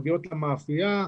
מגיעות למאפייה,